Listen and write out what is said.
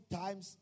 times